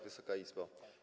Wysoka Izbo!